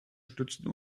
stützen